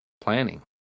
planning